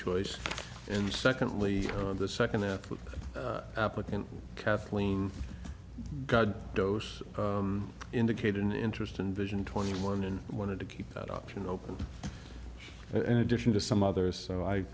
choice and secondly the second that applicant kathleen god dose indicated an interest in vision twenty one and one to keep that option open in addition to some others so i